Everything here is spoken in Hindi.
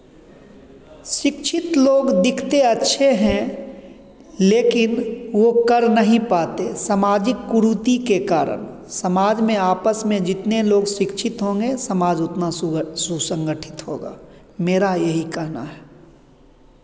शिक्षित लोग दिखते अच्छे हैं लेकिन वो कर नहीं पाते सामाजिक कुरीति के कारण समाज में आपस में जितने लोग शिक्षित होंगे समाज उतना सु सुसंगठित होगा मेरा यही कहना है